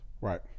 Right